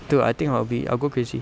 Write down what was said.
dude I think I'll be I'll go crazy